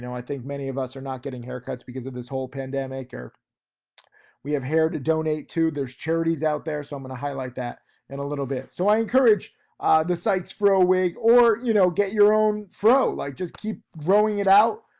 i think many of us are not getting haircuts because of this whole pandemic, or we have hair to donate too, there's charities out there. so i'm gonna highlight that in a little bit. so i encourage the sykes fro wig or you know, get your own fro, like just keep growing it out.